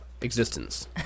existence